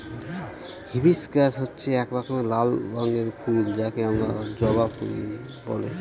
hibiscus হচ্ছে এক রকমের লাল রঙের ফুল যাকে আমরা জবা ফুল বলে